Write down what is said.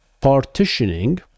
partitioning